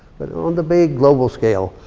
but on the big global scale,